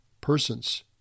persons